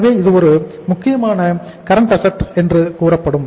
எனவே இது ஒரு முக்கியமான கரண்ட் அசட் என்று கூறப்படும்